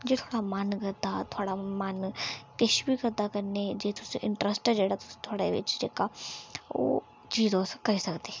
जेह्ड़ा मन करदा थोह्ड़ा मन करदा जे किश बी करा जे थुहाड़ा इंटरस्ट ऐ थुहाड़े बिच जेह्ड़ा उसी तुस करी सकदे